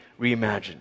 reimagined